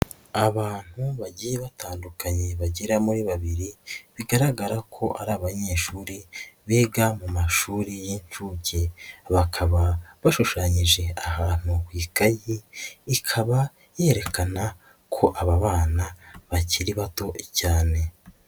Abantu bagiye batandukanye bagera muri babiri bigaragara ko ari abanyeshuri biga mu mashuri y'inshuke, bakaba bashushanyije ahantu ku ikayi, ikaba yerekana ko aba bana bakiri bato cyane.